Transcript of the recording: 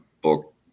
book